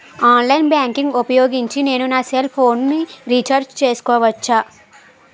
Online banking ఊపోయోగించి నేను నా సెల్ ఫోను ని రీఛార్జ్ చేసుకోవచ్చా?